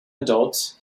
adult